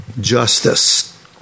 justice